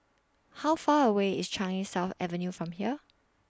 How Far away IS Changi South Avenue from here